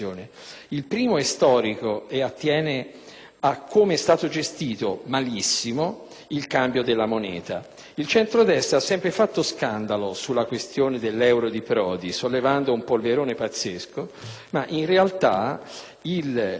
a come è stato gestito, malissimo, il cambio della moneta. Il centrodestra ha sempre fatto scandalo sulla questione dell'euro di Prodi sollevando un polverone pazzesco, ma in realtà il danno effettivo della gestione del cambio